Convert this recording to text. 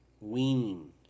weaning